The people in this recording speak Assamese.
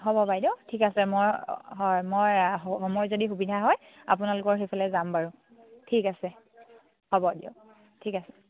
হ'ব বাইদেউ ঠিক আছে মই হয় মই মই যদি সুবিধা হয় আপোনালোকৰ সেইফালে যাম বাৰু ঠিক আছে হ'ব দিয়ক ঠিক আছে